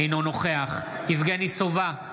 אינו נוכח יבגני סובה,